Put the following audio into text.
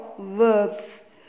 verbs